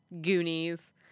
Goonies